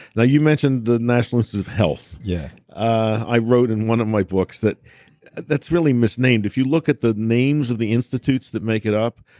now, you mentioned the national institutes of sort of health. yeah i wrote in one of my books that that's really misnamed. if you look at the names of the institutes that make it up,